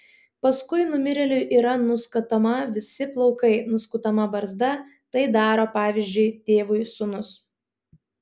paskui numirėliui yra nuskutama visi plaukai nuskutama barzda tai daro pavyzdžiui tėvui sūnus